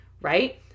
right